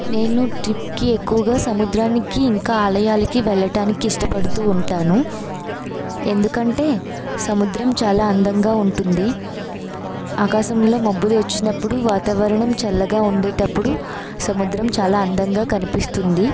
నేను ట్రిప్కి ఎక్కువగా సముద్రానికి ఇంకా ఆలయాలకి వెళ్ళడానికి ఇష్టపడుతు ఉంటాను ఎందుకంటే సముద్రం చాలా అందంగా ఉంటుంది ఆకాశంలో మబ్బులు వచ్చినప్పుడు వాతావరణం చల్లగా ఉండేటప్పుడు సముద్రం చాలా అందంగా కనిపిస్తుంది